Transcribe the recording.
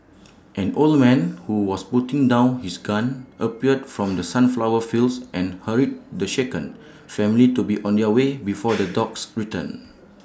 an old man who was putting down his gun appeared from the sunflower fields and hurried the shaken family to be on their way before the dogs return